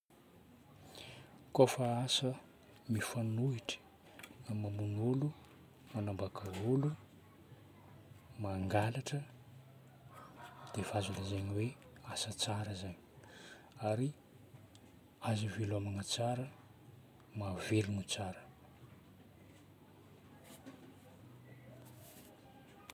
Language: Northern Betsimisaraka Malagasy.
Kofa asa mifanohitry amin'ny mamono olo, magnambaka olo, mangalatra, dia efa azo lazaina hoe asa tsara zay ary azo ivelomagna tsara no mahavelogna tsara.